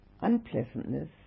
unpleasantness